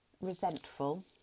resentful